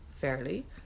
fairly